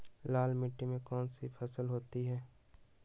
लाल मिट्टी में कौन सी फसल होती हैं?